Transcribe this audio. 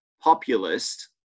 populist